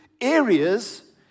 areas